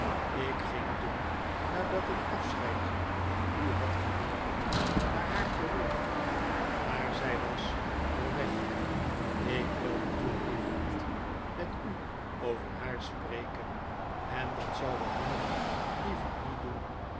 ik ging toen nadat ik afscheid van u had genomen naar haar terug maar zij was al weg ik wilde toen liever niet met u over haar spreken en dat zou ik nog liever niet doen